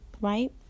right